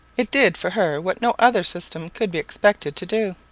it did for her what no other system could be expected to do.